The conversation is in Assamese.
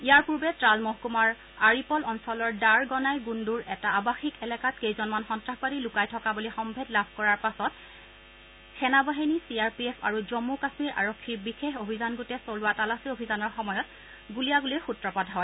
ইয়াৰ পূৰ্বে ট্ৰাল মহকুমাৰ আৰিপল অঞ্চলৰ দাৰ গনাই গুণুৰ এটা আবাসীক এলেকাত কেইজনমান সন্তাসবাদী লুকাই থকা বুলি সম্ভেদ লাভ কৰাৰ পাছত সেনাবাহিনী চি আৰ পি এফ আৰু জম্ম কাম্মীৰ আৰক্ষীৰ বিশেষ অভিযান গোটে চলোৱা তালাচী অভিযানৰ সময়ত গুলীয়াগুলীৰ সূত্ৰপাত হয়